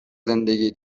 زندگی